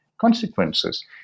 consequences